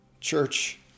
church